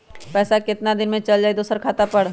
पैसा कितना दिन में चल जाई दुसर खाता पर?